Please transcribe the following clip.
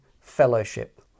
fellowship